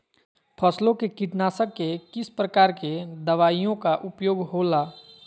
फसलों के कीटनाशक के किस प्रकार के दवाइयों का उपयोग हो ला?